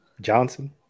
Johnson